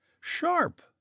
sharp